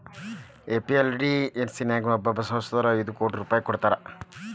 MPLADS ನ್ಯಾಗ ಒಬ್ಬೊಬ್ಬ ಸಂಸದಗು ಐದು ಕೋಟಿ ರೂಪಾಯ್ ಕೊಡ್ತಾರಾ